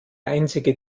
einzige